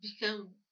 become